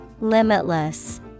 Limitless